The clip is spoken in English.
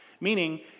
meaning